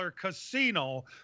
casino